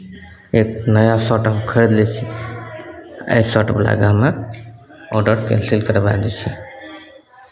एक नया शर्ट हम खरीद लै छी एहि शर्टवला दाममे ऑडर कैन्सिल करबाए लै छी